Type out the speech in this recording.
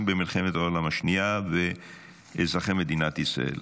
במלחמת העולם השנייה ואזרחי מדינת ישראל,